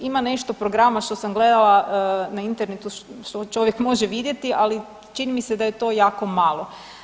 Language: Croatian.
Ima nešto programa što sam gledala na Internetu što čovjek može vidjeti, ali čini mi se da je to jako malo.